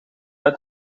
uit